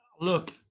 look